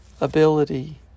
ability